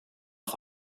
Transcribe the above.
auf